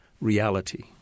reality